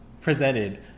presented